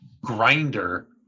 grinder